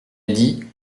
dit